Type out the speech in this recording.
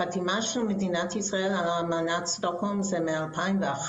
החתימה של מדינת ישראל על אמנת שטוקהולם היא מ-2001,